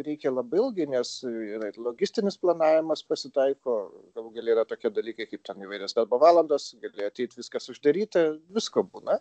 reikia labai ilgai nes yra ir logistinis planavimas pasitaiko galų gale yra tokie dalykai kaip ten įvairios darbo valandos gali ateit viskas uždaryta visko būna